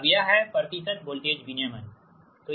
अब यह है प्रतिशत वोल्टेज विनियमन है